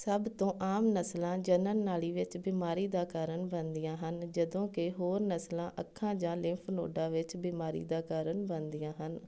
ਸਭ ਤੋਂ ਆਮ ਨਸਲਾਂ ਜਣਨ ਨਾਲੀ ਵਿੱਚ ਬਿਮਾਰੀ ਦਾ ਕਾਰਨ ਬਣਦੀਆਂ ਹਨ ਜਦੋਂ ਕਿ ਹੋਰ ਨਸਲਾਂ ਅੱਖਾਂ ਜਾਂ ਲਿੰਫ ਨੋਡਾਂ ਵਿੱਚ ਬਿਮਾਰੀ ਦਾ ਕਾਰਨ ਬਣਦੀਆਂ ਹਨ